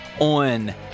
on